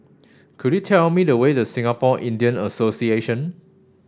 could you tell me the way to Singapore Indian Association